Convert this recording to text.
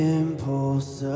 impulse